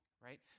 right